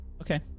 Okay